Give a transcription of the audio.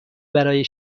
برای